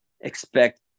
Expect